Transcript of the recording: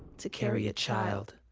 to carry a child.